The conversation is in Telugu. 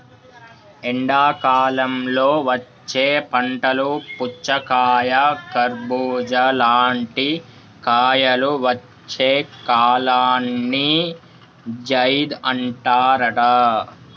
ఎండాకాలంలో వచ్చే పంటలు పుచ్చకాయ కర్బుజా లాంటి కాయలు వచ్చే కాలాన్ని జైద్ అంటారట